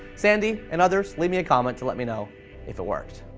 sandy and others, leave me a comment to let me know if it worked.